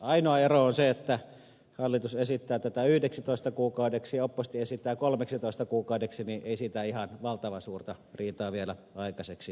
ainoa ero on se että hallitus esittää tätä yhdeksitoista kuukaudeksi ja oppositio kolmeksitoista kuukaudeksi niin ei siitä ihan valtavan suurta riitaa vielä aikaiseksi saa